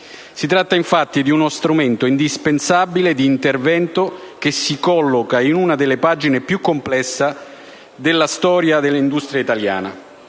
Si tratta infatti di uno strumento indispensabile di intervento che si colloca in una delle pagine più complesse della storia industriale italiana.